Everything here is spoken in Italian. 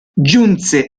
giunse